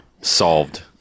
solved